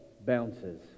bounces